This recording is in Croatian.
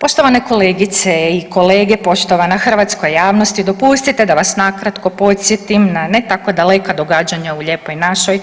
Poštovane kolegice i kolege, poštovana hrvatska javnosti, dopustite da vas nakratko podsjetim na ne tako daleka događanja u Lijepoj našoj